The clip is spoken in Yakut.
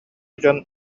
дьон